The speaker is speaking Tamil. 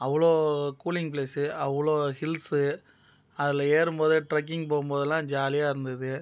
அவ்வளோ கூலிங் ப்ளேஸ் அவ்வளோ ஹில்ஸ் அதில் ஏறும்போது ட்ரக்கிங் போம்போதெல்லாம் ஜாலியாக இருந்தது